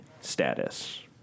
status